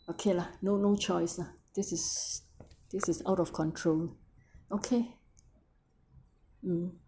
okay lah no no choice lah this is this is out of control okay mm